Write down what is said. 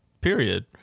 period